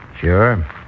Sure